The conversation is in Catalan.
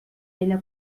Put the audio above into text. ella